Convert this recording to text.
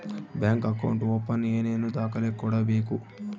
Bank account open ಏನೇನು ದಾಖಲೆ ಕೊಡಬೇಕು?